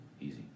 easy